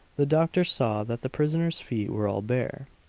the doctor saw that the prisoners' feet were all bare.